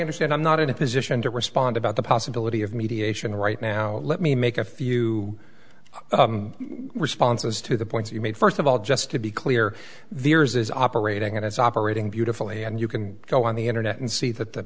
understand i'm not in a position to respond about the possibility of mediation right now let me make a few responses to the points you made first of all just to be clear the yours is operating and it's operating beautifully and you can go on the internet and see that the